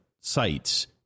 sites